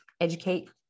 educate